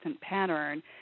pattern